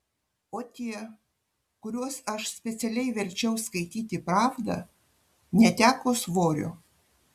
o tie kuriuos aš specialiai verčiau skaityti pravdą neteko svorio